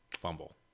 fumble